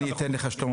אני אתן לך להתייחס.